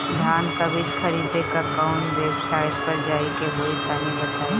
धान का बीज खरीदे ला काउन वेबसाइट पर जाए के होई तनि बताई?